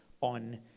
on